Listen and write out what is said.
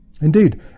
Indeed